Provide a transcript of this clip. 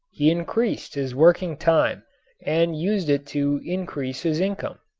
he increased his working time and used it to increase his income.